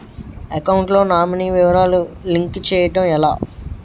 Account లో nominee వివరాలు link చేయటం ఎలా?